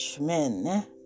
men